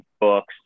books